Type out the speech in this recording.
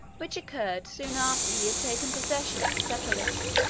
which occurred soon after he had taken possession of persepolis.